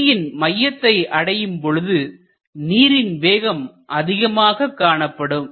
தொட்டியின் மையத்தை அடையும் பொழுது நீரின் வேகம் அதிகமாக காணப்படும்